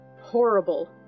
Horrible